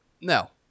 No